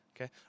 okay